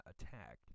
attacked